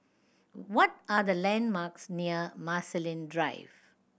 what are the landmarks near Marsiling Drive